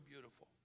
beautiful